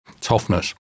toughness